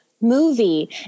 Movie